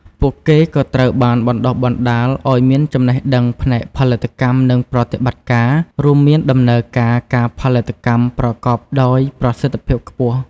ពួកគេក៏ត្រូវបានបណ្ដុះបណ្ដាលឱ្យមានចំណេះដឹងផ្នែកផលិតកម្ម និងប្រតិបត្តិការ រួមមានដំណើរការផលិតកម្មប្រកបដោយប្រសិទ្ធភាពខ្ពស់។